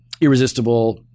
Irresistible